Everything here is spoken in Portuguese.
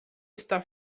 está